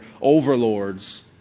overlords